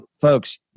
folks